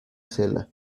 cela